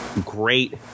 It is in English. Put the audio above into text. great